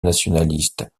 nationaliste